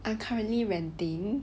I'm currently renting